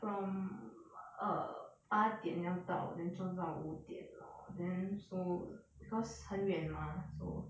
from err 八点要到 then 做到五点 lor then so cause 很远 mah so